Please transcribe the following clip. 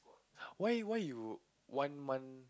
why why you one month